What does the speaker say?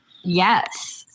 Yes